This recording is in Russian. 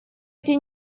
эти